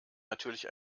natürlich